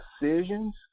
decisions